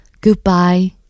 goodbye